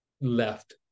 left